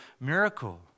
miracle